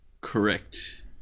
Correct